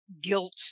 guilt